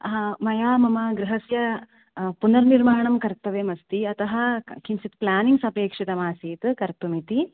मया मम गृहस्य पुनर्निर्माणं कर्तव्यम् अस्ति अतः किञ्चित् प्लेनिङ्ग्स् अपेक्षितमासीत् कर्तुम् इति